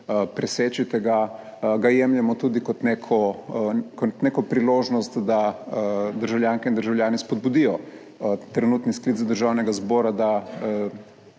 preseči tega ga jemljemo tudi kot neko priložnost, da državljanke in državljani spodbudijo trenutni sklic Državnega zbora, da